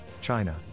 China